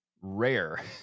rare